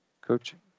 coaching